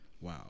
Wow